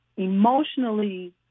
emotionally